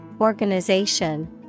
organization